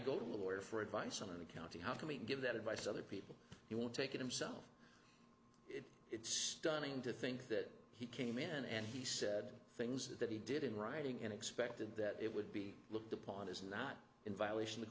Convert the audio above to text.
lawyer for advice on accounting how can we give that advice other people he won't take it himself if it's stunning to think that he came in and he said things that he did in writing and expected that it would be looked upon as not in violation of